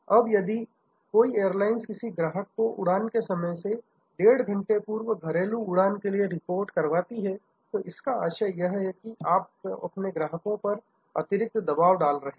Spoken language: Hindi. अब यदि कोई एयरलाइंस ग्राहक किसी को उड़ान के समय से डेढ़ घंटे पहले घरेलू उड़ान के लिए रिपोर्ट करवाती है तो इसका आशय है कि आप अपने ग्राहकों पर अतिरिक्त दबाव डाल रहे हैं